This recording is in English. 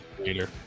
Later